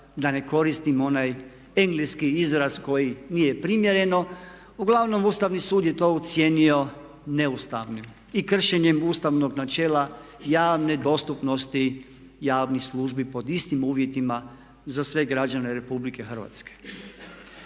da ne koristim onaj engleski izraz koji nije promjereno, uglavnom Ustavni sud je to ocijenio neustavnim i kršenjem ustavnog načela javne dostupnosti javnih službi pod istim uvjetima za sve građane RH. Ovaj